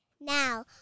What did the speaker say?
now